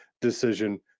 decision